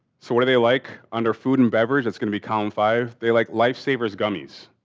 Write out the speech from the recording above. so, what do they like? under food and beverage it's gonna be column five. they like life savers gummies.